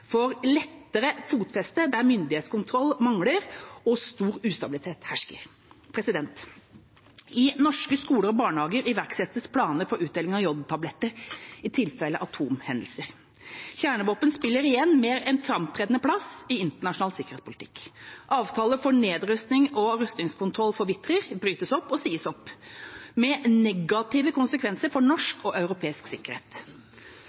lettere fotfeste der myndighetskontroll mangler og stor ustabilitet hersker. I norske skoler og barnehager iverksettes planer for utdeling av jodtabletter i tilfelle atomhendelser. Kjernevåpen spiller igjen en mer framtredende plass i internasjonal sikkerhetspolitikk. Avtaler for nedrustning og rustningskontroll forvitrer, brytes opp og sies opp – med negative konsekvenser for norsk og europeisk sikkerhet.